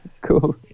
Cool